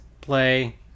play